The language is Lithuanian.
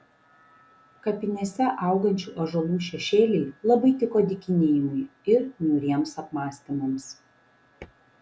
kapinėse augančių ąžuolų šešėliai labai tiko dykinėjimui ir niūriems apmąstymams